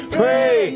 pray